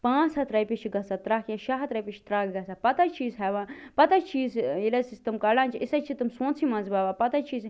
پانٛژھ ہتھ رۄپیہِ چھُ گَژھان ترٛکھ یا شےٚ ہتھ رۄپیہِ چھُ ترٛکھ گَژھان پتہٕ حظ چھِ أسۍ ہیٚوان پتہٕ حظ چھِ أسۍ ٲں ییٚلہِ حظ أسۍ تِم کَڑان چھِ أسۍ حظ چھ تِم سونٛتہٕ سٕے منٛز وۄوان پتہٕ حظ چھِ أسۍ